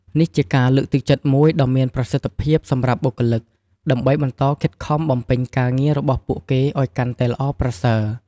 នេះជាការលើកទឹកចិត្តមួយដ៏មានប្រសិទ្ធភាពសម្រាប់បុគ្គលិក ដើម្បីបន្តខិតខំបំពេញការងាររបស់ពួកគេឲ្យកាន់តែល្អប្រសើរ។